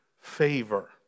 favor